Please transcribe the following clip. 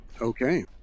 Okay